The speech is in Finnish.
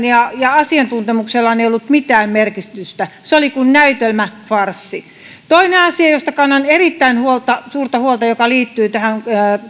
ja ja asiantuntemuksellaan ei ollut mitään merkitystä se oli kuin näytelmä farssi toinen asia josta kannan erittäin suurta huolta joka liittyy tähän